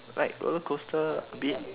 like roller coaster a bit